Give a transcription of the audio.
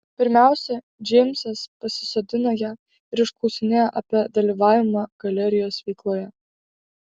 pirmiausia džeimsas pasisodino ją ir išklausinėjo apie dalyvavimą galerijos veikloje